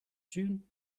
june